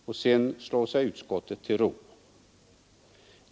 Och sedan slår sig utskottet till ro.